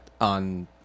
on